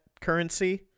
currency